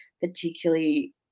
particularly